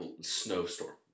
snowstorm